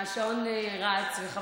השעון רץ, וחבל.